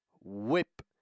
whip